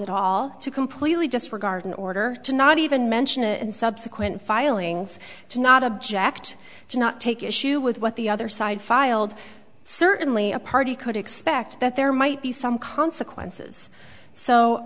at all to completely disregard in order to not even mention it and subsequent filings to not object do not take issue with what the other side filed certainly a party could expect that there might be some consequences so